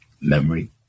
Memory